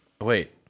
Wait